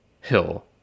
hill